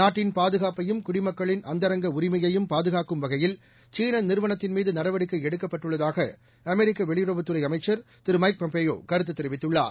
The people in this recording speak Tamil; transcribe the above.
நாட்டின் பாதுகாப்பையும் குடிமக்களின் அந்தரங்க உரிமையையும் பாதுகாக்கும் வகையில் சீனநிறுவனத்தின்மீதுநடவடிக்கைஎடுக்கப்பட்டுள்ளதாகஅமெரிக்கவெளியுறவுத்துறைஅமைச்சர் மைக் பாம்பியோகருத்துதெரிவித்துள்ளார்